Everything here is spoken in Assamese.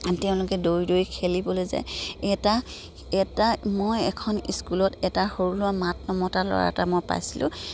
তেওঁলোকে দৌৰি দৌৰি খেলিবলৈ যায় এটা এটা মই এখন স্কুলত এটা সৰু ল'ৰা মাত নমতা ল'ৰা এটা মই পাইছিলোঁ